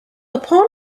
upon